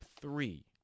three